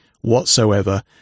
whatsoever